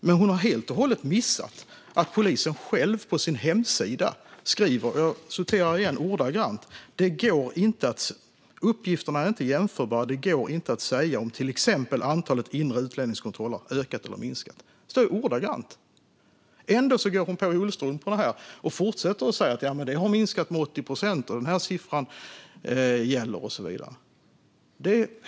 Men hon har helt och hållet missat att polisen själv skriver på sin hemsida att "uppgifterna inte är jämförbara och det går inte att säga om t.ex. antalet inre utlänningskontroller ökat eller minskat". Det är ordagrant vad det står. Ändå går hon på i ullstrumporna och fortsätter säga att det har minskat med 80 procent, att den siffran gäller och så vidare.